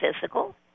physical